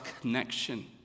connection